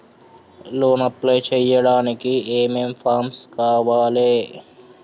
Loan apply చేయడానికి ఏం ఏం ఫామ్స్ కావాలే?